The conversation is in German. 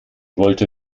wollte